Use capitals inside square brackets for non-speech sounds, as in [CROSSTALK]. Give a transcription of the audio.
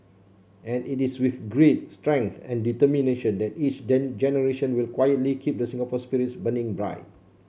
and it is with grit strength and determination that each [UNINTELLIGIBLE] generation will quietly keep the Singapore spirit burning right